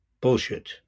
bullshit